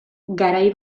garai